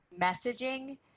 messaging